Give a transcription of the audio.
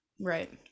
right